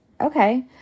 okay